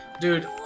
Dude